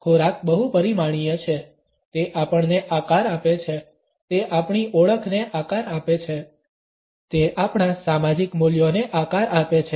ખોરાક બહુપરીમાણીય છે તે આપણને આકાર આપે છે તે આપણી ઓળખને આકાર આપે છે તે આપણા સામાજિક મૂલ્યોને આકાર આપે છે